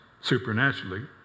supernaturally